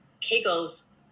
kegels